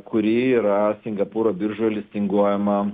kuri yra singapūro biržoje listinguojama